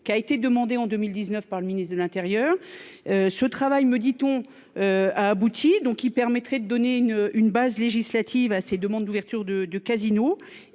qui a été demandé en 2019 par le ministre de l'Intérieur. Ce travail me dit on. A abouti donc qui permettrait de donner une une base législative à ses demandes d'ouverture de casino.